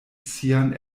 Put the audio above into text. sian